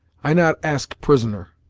i not ask prisoner.